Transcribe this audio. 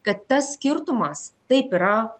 kad tas skirtumas taip yra